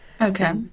Okay